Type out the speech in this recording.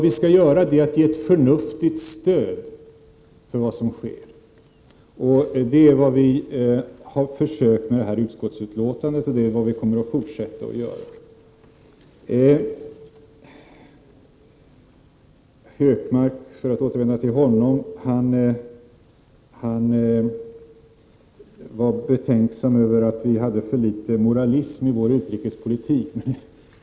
Vi bör ge ett förnuftigt stöd för vad som sker. Det har vi i utskottsmajoriteten försökt med genom detta betänkande, och det kommer vi att fortsätta att göra. Gunnar Hökmark var betänksam över att det var för litet moralism i regeringens utrikespolitik.